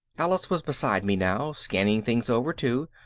alice was beside me now, scanning things over too,